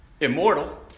Immortal